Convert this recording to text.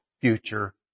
future